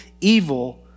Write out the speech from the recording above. evil